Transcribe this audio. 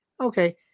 okay